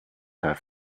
حرف